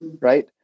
right